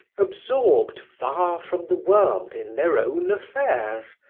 absorbed far from the world in their own affairs,